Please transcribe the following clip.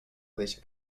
deixa